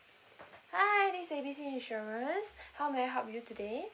hi this is A B C insurance how may I help you today